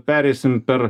pereisim per